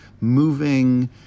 moving